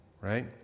right